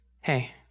Hey